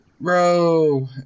Bro